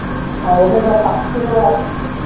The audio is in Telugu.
ఓకే సార్ తక్కువ